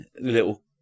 little